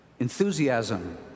Enthusiasm